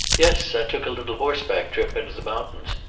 yes. i took a little horseback trip into the mountains.